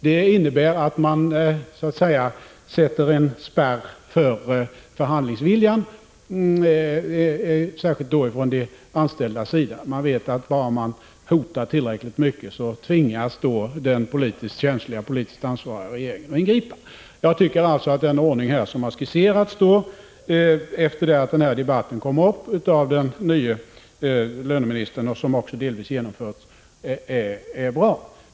Det skulle innebära att man så att säga satte en spärr för förhandlingsviljan, särskilt då från de anställdas sida. De skulle veta, att bara de hotar tillräckligt mycket så tvingas den politiskt känsliga och ansvariga regeringen att ingripa. Den ordning som efter det att debatten om statens arbetsgivarfunktion startade har skisserats av den nye löneministern, och som också delvis har genomförts, är bra.